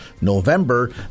November